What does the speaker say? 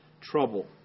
trouble